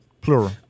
Plural